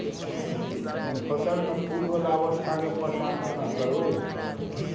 हम फसल में फुल वाला अवस्था के पहचान केना करबै?